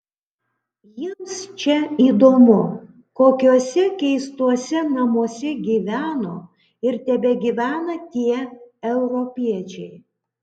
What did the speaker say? jiems čia įdomu kokiuose keistuose namuose gyveno ir tebegyvena tie europiečiai